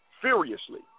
Furiously